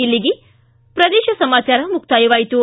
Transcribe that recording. ಇಲ್ಲಿಗೆ ಪ್ರದೇಶ ಸಮಾಚಾರ ಮುಕ್ತಾಯವಾಯಿತು